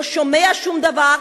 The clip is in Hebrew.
לא שומע שום דבר,